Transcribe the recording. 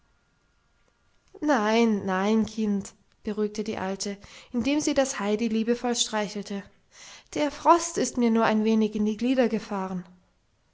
nein nein kind beruhigte die alte indem sie das heidi liebevoll streichelte der frost ist mir nur ein wenig in die glieder gefahren